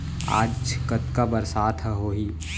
आज कतका बरसात ह होही?